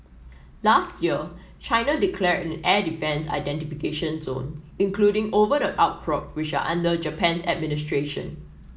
last year China declared an air defence identification zone including over the outcrop which are under Japan's administration